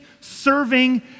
serving